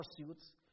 pursuits